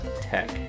tech